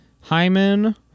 Hyman